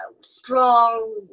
strong